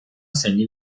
segni